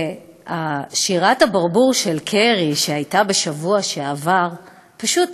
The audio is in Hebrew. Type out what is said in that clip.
שירת הברבור של קרי שהייתה בשבוע שעבר, פשוט